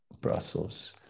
Brussels